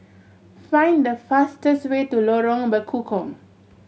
find the fastest way to Lorong Bekukong